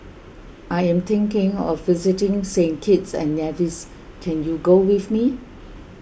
I am thinking of visiting Saint Kitts and Nevis can you go with me